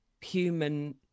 human